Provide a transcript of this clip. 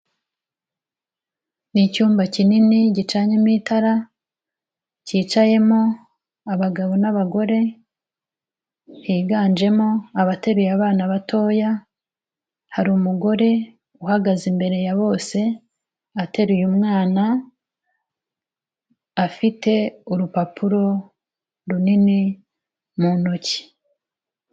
Ni icyumba kinini gicanyemo itara cyicayemo abagabo n'abagore, higanjemo abateruye abana batoya, hari umugore uhagaze imbere ya bose ateruye umwana afite urupapuro runini mu ntoki.